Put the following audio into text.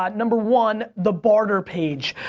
ah number one the barter page.